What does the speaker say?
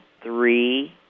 three